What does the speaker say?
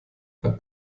herr